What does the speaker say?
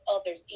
others